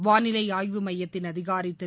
வாளிலை ஆய்வு எமயத்தின் அதிகாரி திரு